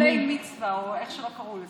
טיול בני-מצווה או איך שלא קראו לזה.